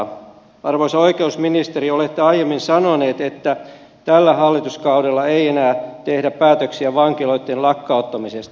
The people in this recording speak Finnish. arvoisa oikeusministeri olette aiemmin sanonut että tällä hallituskaudella ei enää tehdä päätöksiä vankiloitten lakkauttamisesta